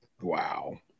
Wow